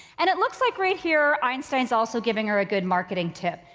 and it looks like right here einstein is also giving her a good marketing tip.